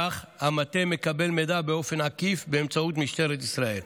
כך המטה מקבל מידע באופן עקיף באמצעות משטרת ישראל.